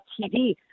TV